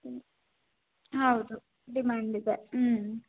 ಹ್ಞೂ ಹೌದು ಡಿಮ್ಯಾಂಡ್ ಇದೆ ಹ್ಞೂ